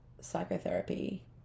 psychotherapy